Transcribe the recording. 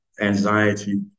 anxiety